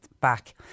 back